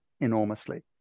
enormously